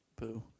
Boo